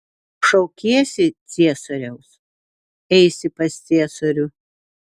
šaukiesi ciesoriaus eisi pas ciesorių